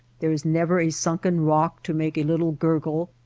there is never a sunken rock to make a little gurgle,